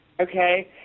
Okay